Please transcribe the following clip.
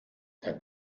der